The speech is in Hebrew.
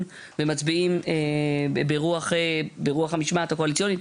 ומצביעים ברוח המשמעת הקואליציונית,